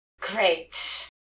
Great